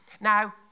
Now